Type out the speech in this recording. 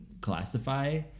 classify